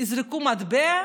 יזרקו מטבע?